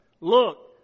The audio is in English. look